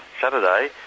Saturday